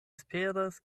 esperas